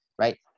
right